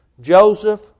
Joseph